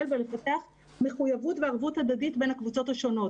ולפתח מחויבות וערבות הדדית בין הקבוצות השונות".